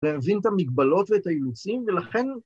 להבין את המגבלות ואת האילוצים, ‫ולכן...